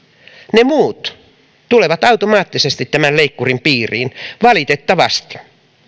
ne muut tulevat automaattisesti tämän leikkurin piiriin valitettavasti